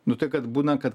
nu tai kad būna kad